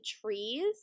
trees